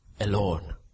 alone